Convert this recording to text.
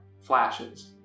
flashes